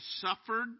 suffered